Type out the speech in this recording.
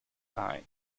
eye